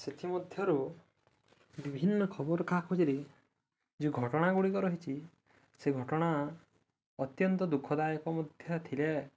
ସେଥିମଧ୍ୟରୁ ବିଭିନ୍ନ ଖବର କାାଗଜରେ ଯେଉଁ ଘଟଣା ଗୁଡ଼ିକ ରହିଛି ସେ ଘଟଣା ଅତ୍ୟନ୍ତ ଦୁଃଖଦାୟକ ମଧ୍ୟ ଥିଲେ